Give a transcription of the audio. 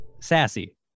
sassy